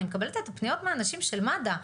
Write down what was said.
אני מקבלת פניות מאנשים של מד"א,